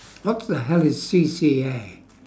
what the hell is C_C_A